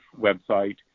website